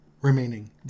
remaining